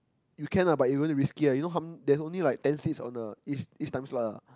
you can ah but you will risky ah you know how they only write ten feet on the each each time slot ah